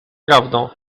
prawdą